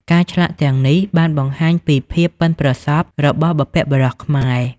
ការឆ្លាក់ទាំងនេះបានបង្ហាញពីភាពប៉ិនប្រសប់របស់បុព្វបុរសខ្មែរ។